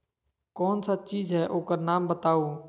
कौन सा चीज है ओकर नाम बताऊ?